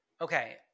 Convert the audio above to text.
Okay